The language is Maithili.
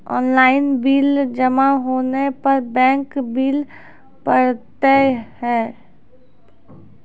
ऑनलाइन बिल जमा होने पर बैंक बिल पड़तैत हैं?